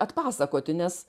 atpasakoti nes